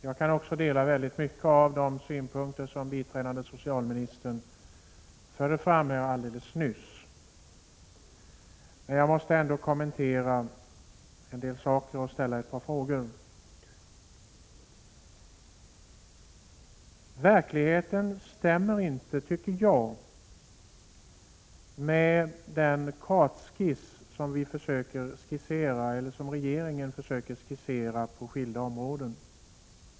Herr talman! Jag kan dela många av de synpunkter som biträdande socialministern förde fram här alldeles nyss. Men jag måste ändå kommentera en del saker och ställa ett par frågor. Jag tycker inte att verkligheten stämmer överens med den kartskiss som regeringen försöker utforma på skilda områden.